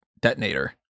detonator